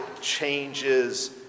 changes